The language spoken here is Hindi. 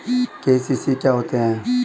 के.सी.सी क्या होता है?